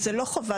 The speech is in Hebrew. זו לא חובה.